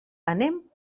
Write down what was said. anem